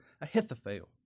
Ahithophel